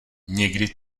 někdy